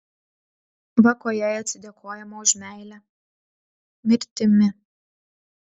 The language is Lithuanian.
va kuo jai atsidėkojama už meilę mirtimi